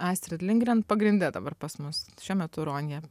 astrid lingren pagrinde dabar pas mus šiuo metu ronja